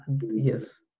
yes